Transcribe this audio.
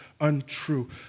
untrue